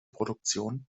produktion